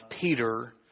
Peter